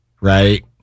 right